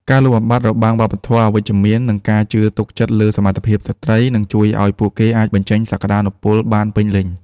ការលុបបំបាត់របាំងវប្បធម៌អវិជ្ជមាន និងការជឿទុកចិត្តលើសមត្ថភាពស្ត្រី នឹងជួយឱ្យពួកគេអាចបញ្ចេញសក្ដានុពលបានពេញលេញ។